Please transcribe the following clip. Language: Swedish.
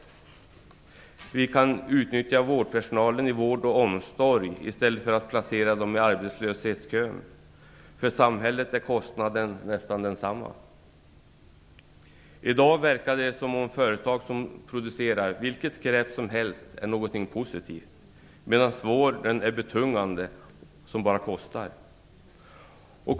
Vårdpersonalen kan utnyttjas i vård och omsorg i stället för att placeras i arbetslöshetskön. För samhället är kostnaden nästan densamma. I dag verkar det som om företag som producerar vilket skräp som helst är något positivt, medan vården är något betungande som bara kostar.